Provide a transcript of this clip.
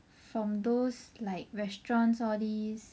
from those restaurants all these